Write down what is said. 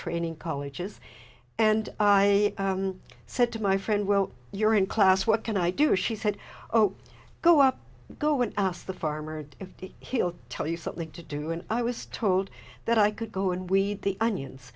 training colleges and i said to my friend well you're in class what can i do she said oh go up go and asked the farmer if he'll tell you something to do and i was told that i could go and we the onions